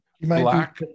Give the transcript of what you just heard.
black